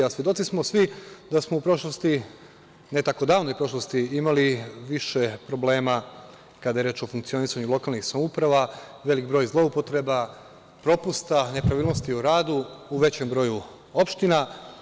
A, svedoci smo da smo u prošlosti, ne tako davnoj prošlosti, imali više problema kada je reč o funkcionisanju lokalnih samouprava, veliki broj zloupotreba, propusta, nepravilnosti u radu u većem broju opština.